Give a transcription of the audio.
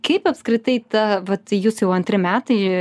kaip apskritai ta vat jūs jau antri metai